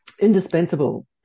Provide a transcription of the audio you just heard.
indispensable